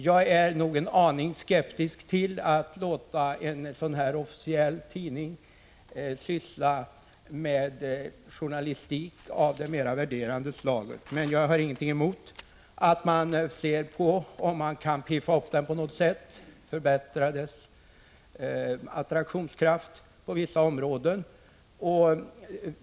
Jag är en aning skeptisk till att låta en officiell tidning syssla med journalistik av det mer värderande slaget. Men jag har ingenting emot att det undersöks om det går att piffa upp Från Riksdag & Departement på något sätt och förbättra dess attraktionskraft på vissa områden.